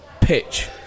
pitch